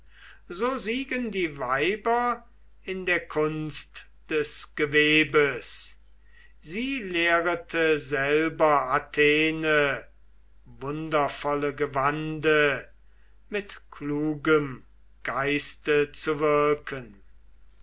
so siegen die weiber in der kunst des gewebes sie lehrete selber athene wundervolle gewande mit klugem geiste zu wirken